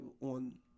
on—